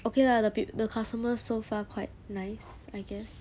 okay lah the peep~ the customers so far quite nice I guess